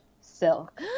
silk